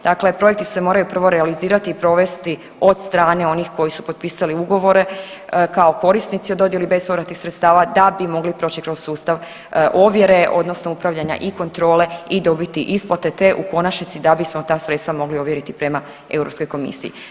Dakle, projekti se moraju prvo realizirati i provesti od strane onih koji su potpisali ugovore kao korisnici o dodjeli bespovratnih sredstva da bi mogli proći kroz sustav ovjere odnosno upravljanja i kontrole i dobiti isplate te u konačnici da bismo ta sredstva mogli ovjeriti prema Europskoj komisiji.